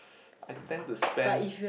I tend to spend